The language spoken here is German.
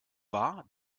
war